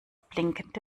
blinkende